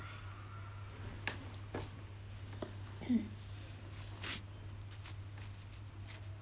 mm